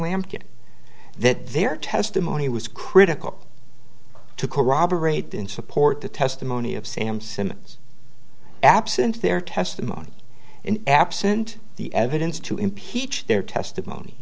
lampkin that their testimony was critical to corroborate in support the testimony of sam simmons absent their testimony and absent the evidence to impeach their testimony